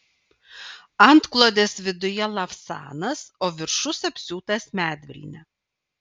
antklodės viduje lavsanas o viršus apsiūtas medvilne